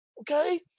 Okay